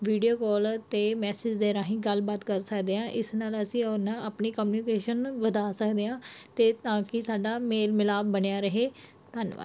video call 'ਤੇ messages ਦੇ ਰਾਹੀਂ ਗੱਲਬਾਤ ਕਰ ਸਕਦੇ ਹਾਂ ਇਸ ਨਾਲ ਅਸੀਂ ਉਹਨਾਂ ਆਪਣੀ ਕਮਿਊਨੀਕੇਸ਼ਨ ਵਧਾ ਸਕਦੇ ਹਾਂ ਤੇ ਤਾਂ ਕਿ ਸਾਡਾ ਮੇਲ ਮਿਲਾਪ ਬਣਿਆ ਰਹੇ ਧੰਨਵਾਦ